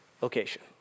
location